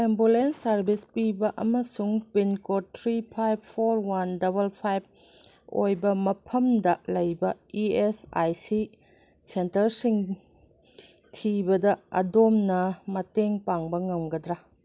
ambulance service ꯄꯤꯕ ꯑꯃꯁꯨꯡ pincode three five four one double five ꯑꯣꯏꯕ ꯃꯐꯝꯗ ꯂꯩꯕ ꯏ ꯑꯦꯁ ꯑꯥꯏ ꯁꯤ ꯁꯦꯟꯇꯔꯁꯤꯡ ꯊꯤꯕꯗ ꯑꯗꯣꯝꯅ ꯃꯇꯦꯡ ꯄꯥꯡꯕ ꯉꯝꯒꯗ꯭ꯔꯥ